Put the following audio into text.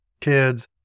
kids